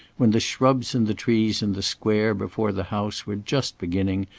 when the shrubs and the trees in the square before the house were just beginning,